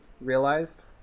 realized